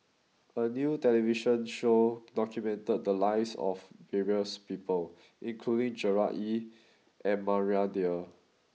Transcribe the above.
a new television show documented the lives of various people including Gerard Ee and Maria Dyer